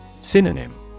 Synonym